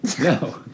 No